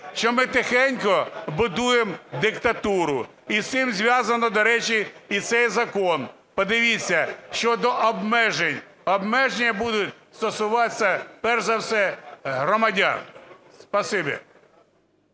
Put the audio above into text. що ми тихенько будуємо диктатуру. І з цим зв'язаний, до речі, і цей закон. Подивіться щодо обмежень, обмеження будуть стосуватися, перш за все, громадян.